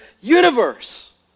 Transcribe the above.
universe